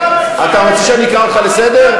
אתה רוצה שאני אקרא אותך לסדר?